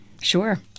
Sure